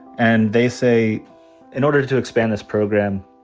and they say in order to expand this program,